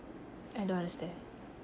I don't understand